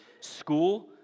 school